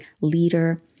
leader